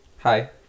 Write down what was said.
hi